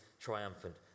triumphant